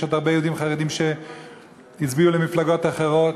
ויש עוד הרבה יהודים חרדים שהצביעו למפלגות אחרות.